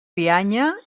bianya